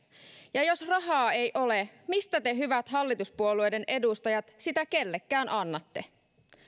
ja jos rahaa ei ole mistä te hyvät hallituspuolueiden edustajat sitä kellekään annatte